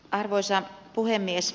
arvoisa puhemies